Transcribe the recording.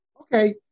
Okay